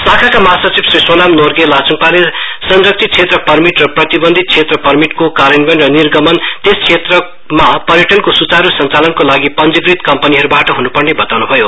शाखाका महासचिव श्री सोनाम नोर्गे लाच्ङपाले संरक्षित क्षेत्र परमिट र प्रतिबन्धित क्षेत्र परमिटको कार्यान्वयन र निर्गमन त्यस क्षेत्रमा पर्यटनको सुचारू संचालनको लागि पञ्जीकृत कम्पनीहरूबाट हन्पर्ने बताउन् भयो